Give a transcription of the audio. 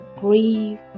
grief